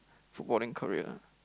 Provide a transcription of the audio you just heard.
footballing career